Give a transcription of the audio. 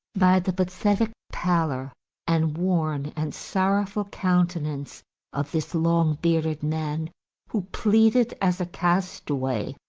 by the pathetic pallor and worn and sorrowful countenance of this long bearded man who pleaded as a castaway,